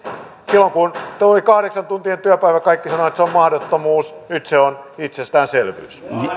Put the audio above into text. silloin kun tuli kahdeksantuntinen työpäivä kaikki sanoivat että se on mahdottomuus nyt se on itsestäänselvyys